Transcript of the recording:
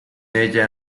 ella